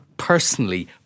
personally